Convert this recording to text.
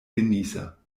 genießer